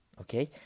Okay